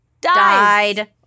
died